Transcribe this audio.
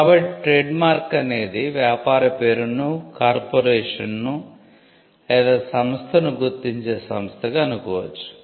కాబట్టి ట్రేడ్మార్క్ అనేది వ్యాపార పేరును కార్పొరేషన్ను లేదా సంస్థను గుర్తించే సంస్థగా అనుకోవచ్చు